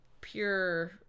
pure